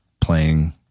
playing